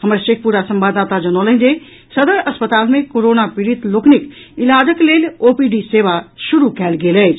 हमर शेखपुरा संवाददाता जनौलनि जे सदर अस्पताल मे कोरोना पीड़ित लोकनिक इलाजक लेल ओपीडी सेवा शुरू कयल गेल अछि